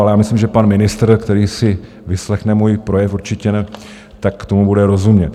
Ale já myslím, že pan ministr, který si vyslechne můj projev určitě, tak tomu bude rozumět.